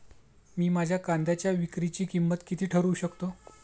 मी माझ्या कांद्यांच्या विक्रीची किंमत किती ठरवू शकतो?